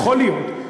יכול להיות,